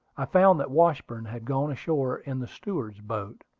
i found that washburn had gone ashore in the steward's boat,